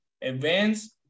events